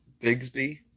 Bigsby